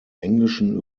englischen